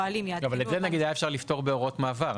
אבל את זה, נגיד, היה אפשר לפתור בהוראות מעבר.